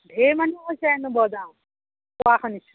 ঢেৰ মানুহ হৈছে হেনো বজাৰত কোৱা শুনিছোঁ